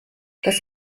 das